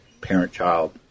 parent-child